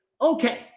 okay